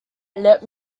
let